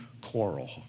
quarrel